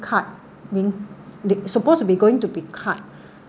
cut being they supposed to be going to be cut